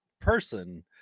person